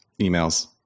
emails